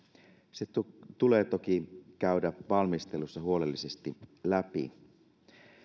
se tulee toki käydä valmisteluissa huolellisesti läpi